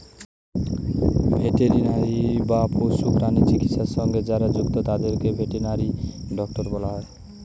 veterinary বা পশু প্রাণী চিকিৎসা সঙ্গে যারা যুক্ত তাদের ভেটেরিনারি ডক্টর বলা হয়